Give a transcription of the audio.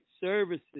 services